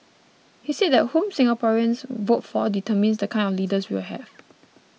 he said that whom Singaporeans vote for determines the kind of leaders we will have